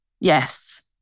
Yes